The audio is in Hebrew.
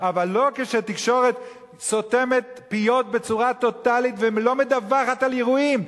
אבל לא כשתקשורת סותמת פיות בצורה טוטלית ולא מדווחת על אירועים.